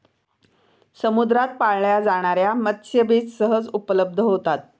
समुद्रात पाळल्या जाणार्या मत्स्यबीज सहज उपलब्ध होतात